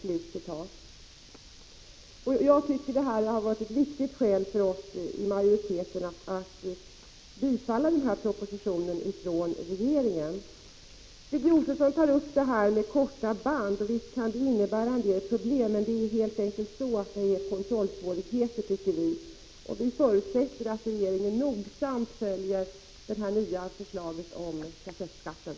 Detta har, som jag uppfattar saken, utgjort ett viktigt skäl för utskottsmajoriteten att tillstyrka propositionen. Stig Josefson nämnde något om de korta banden, och visst kan det uppstå en del problem i det fallet. Men vi menar att det helt enkelt är fråga om kontrollsvårigheter. Vi förutsätter att regeringen nogsamt följer utvecklingen när det gäller det nya förslaget om kassettskatten.